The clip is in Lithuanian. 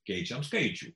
keičiam skaičių